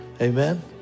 Amen